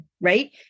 right